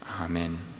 Amen